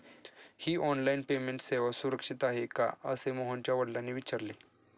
ही online payment सेवा सुरक्षित आहे का असे मोहनच्या वडिलांनी विचारले